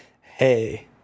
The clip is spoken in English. Hey